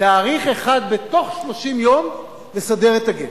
תאריך אחד בתוך 30 יום לסדר את הגט.